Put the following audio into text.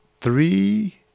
three